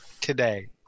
today